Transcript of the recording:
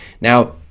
Now